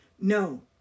No